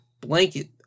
blanket